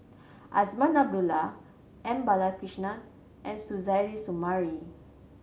Azman Abdullah M Balakrishnan and Suzairhe Sumari